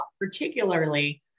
particularly